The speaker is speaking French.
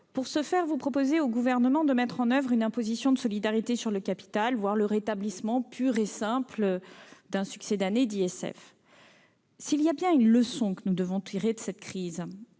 Pour ce faire, vous proposez au Gouvernement de mettre en oeuvre une imposition de solidarité sur le capital, voire le rétablissement pur et simple d'un succédané d'ISF. S'il y a bien une leçon que nous devons tirer de cette crise,